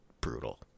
brutal